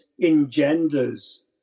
engenders